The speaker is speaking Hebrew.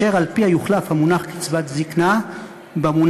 אשר על-פיה יוחלף המונח קצבת זיקנה במונח,